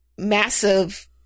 massive